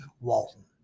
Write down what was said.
Walton